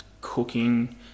cooking